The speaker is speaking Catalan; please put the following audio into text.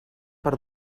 per